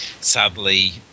sadly